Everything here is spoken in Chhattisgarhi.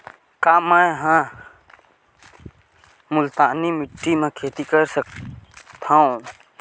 का मै ह मुल्तानी माटी म खेती कर सकथव?